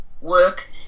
work